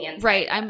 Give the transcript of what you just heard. Right